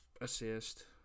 assist